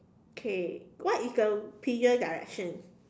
okay what is the pigeon direction